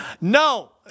No